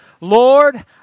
Lord